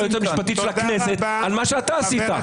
היועצת המשפטית של הכנסת על מה שאתה עשית.